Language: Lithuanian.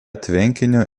tvenkinio